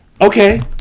Okay